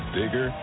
bigger